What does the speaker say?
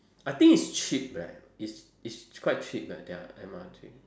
I think it's cheap leh it's it's quite cheap eh their M_R_T